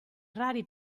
rari